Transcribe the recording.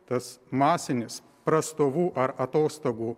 tas masinis prastovų ar atostogų